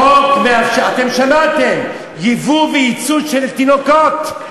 החוק מאפשר, אתם שמעתם, ייבוא וייצוא של תינוקות.